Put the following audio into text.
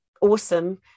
awesome